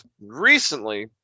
recently